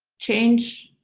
change